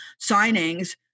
signings